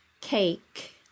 cake